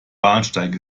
bahnsteig